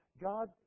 God